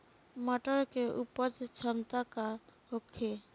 मटर के उपज क्षमता का होखे?